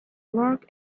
work